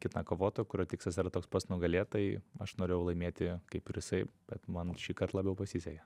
kitą kovotoją kurio tikslas yra toks pats nugalėt tai aš norėjau laimėti kaip ir jisai bet man šįkart labiau pasisekė